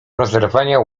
rozerwania